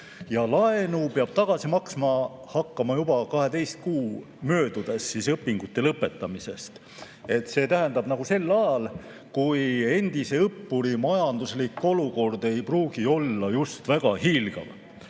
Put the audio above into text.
Laenu peab tagasi maksma hakkama juba 12 kuu möödudes õpingute lõpetamisest, see tähendab sel ajal, kui endise õppuri majanduslik olukord ei pruugi olla hiilgav. Lisaks